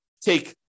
take